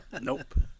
Nope